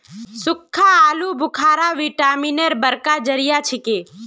सुक्खा आलू बुखारा विटामिन एर बड़का जरिया छिके